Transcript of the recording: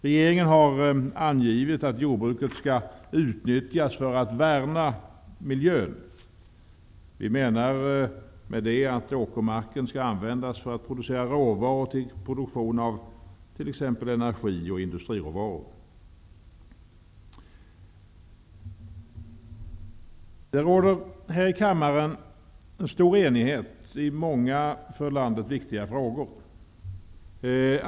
Regeringen har angivit att jordbruket skall utnyttjas för att värna miljön. Vi menar med det att åkermarken skall användas för att producera råvaror, t.ex. till produktion av energi och industriråvaror. Det råder här i kammaren stor enighet i många för landet viktiga frågor.